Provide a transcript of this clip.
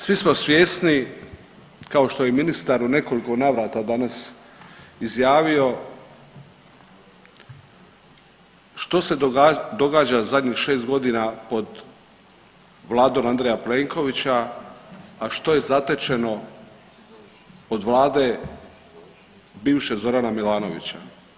Svi smo svjesni, kao što je i ministar u nekoliko navrata danas izjavio što se događa u zadnjih 6 godina pod Vladom Andreja Plenkovića, a što je zatečeno od Vlade, bivše, Zorana Milanovića.